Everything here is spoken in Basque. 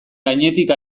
gainetik